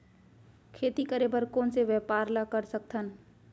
खेती करे बर कोन से व्यापार ला कर सकथन?